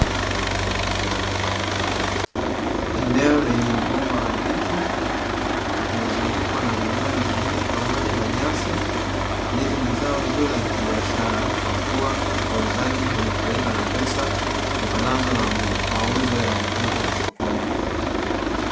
Eneo lenye mgomba wa ndizi limezungukwa na mimea mingine pamoja na nyasi, ndizi ni zao zuri la kibiashara kwakua wauzaji hunufaika na pesa, zitokanazo na mauzo ya mikungu sokoni.